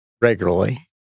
regularly